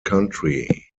country